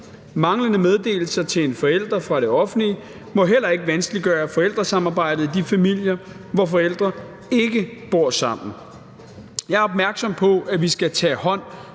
Manglende meddelelser til en forælder fra det offentlige må heller ikke vanskeliggøre forældresamarbejdet i de familier, hvor forældre ikke bor sammen. Jeg er opmærksom på, at vi skal tage hånd